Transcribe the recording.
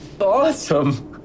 awesome